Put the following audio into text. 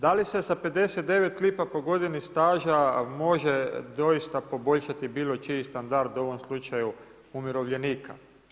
Da li se sa 59 lipa po godini staža može doista poboljšati bilo čiji standard u ovom slučaju, umirovljenika?